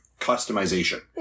customization